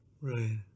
Right